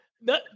No